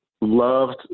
loved